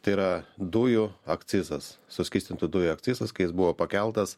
tai yra dujų akcizas suskystintų dujų akcizas kai jis buvo pakeltas